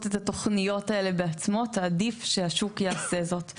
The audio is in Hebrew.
את התוכניות האלה בעצמו תעדיף שהשוק יעשה זאת.